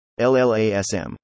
LLaSM